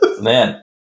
Man